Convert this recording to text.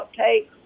outtakes